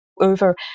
over